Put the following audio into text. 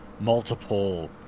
multiple